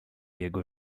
jego